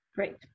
Great